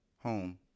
home